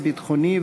הביטחוני,